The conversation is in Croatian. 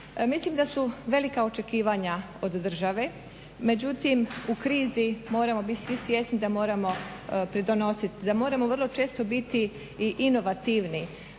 Mislim da su velika očekivanja od države, međutim u krizi moramo biti svi svjesni da moramo pridonositi da moramo vrlo često biti i inovativni,